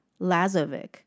Lazovic